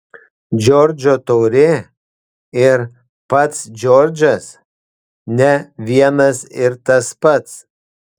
džordžo taurė ir pats džordžas ne vienas ir tas pats